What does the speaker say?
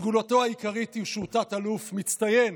סגולתו העיקרית היא שהוא תת-אלוף מצטיין